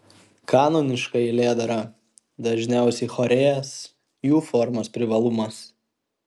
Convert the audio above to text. kanoniška eilėdara dažniausiai chorėjas jų formos privalumas